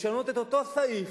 לשנות את אותו סעיף,